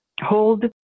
hold